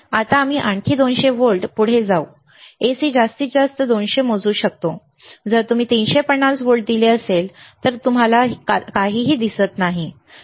आता आम्ही आणखी 200 व्होल्ट पुढे जाऊ AC जास्तीत जास्त 200 मोजू शकते जर तुम्ही 350 व्होल्ट दिले तर तुम्हाला काहीही दिसत नाही